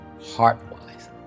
heart-wise